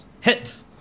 Hit